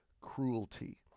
cruelty